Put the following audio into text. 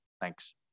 Thanks